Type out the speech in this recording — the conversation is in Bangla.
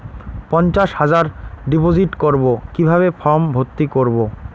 পঞ্চাশ হাজার ডিপোজিট করবো কিভাবে ফর্ম ভর্তি করবো?